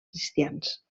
cristians